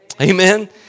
Amen